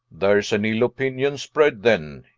there's an ill opinion spread then,